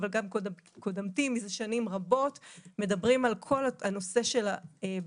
אבל גם קודמתי מזה שנים רבות מדברים על כל נושא הבקרה.